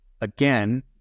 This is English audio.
again